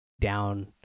down